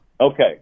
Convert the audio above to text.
Okay